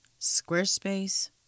Squarespace